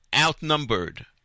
outnumbered